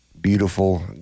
Beautiful